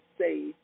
say